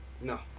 No